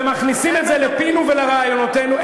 ומכניסים את זה לפינו ולרעיונותינו.